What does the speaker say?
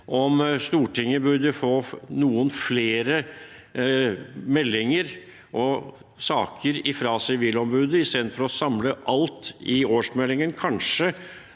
om Stortinget burde få noen flere meldinger og saker fra dem, i stedet for å samle alt i årsmeldingen.